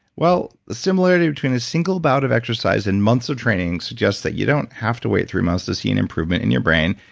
well, the similarity between a single bout of exercise and months of training suggests that you don't have to wait three months to see an improvement in your brain.